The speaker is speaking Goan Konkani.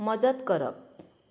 मजत करप